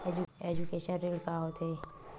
Education ऋण का होथे?